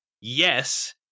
Yes